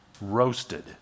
roasted